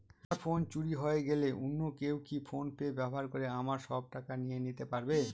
আমার ফোন চুরি হয়ে গেলে অন্য কেউ কি ফোন পে ব্যবহার করে আমার সব টাকা নিয়ে নিতে পারবে?